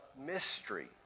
mystery